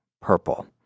purple